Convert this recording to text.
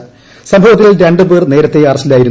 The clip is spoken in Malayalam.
സുർട്ടവ്ത്തിൽ രണ്ട് പേർ നേരത്തെ അറസ്റ്റിലായിരുന്നു